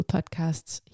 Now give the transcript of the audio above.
Podcasts